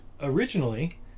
Originally